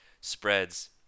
spreads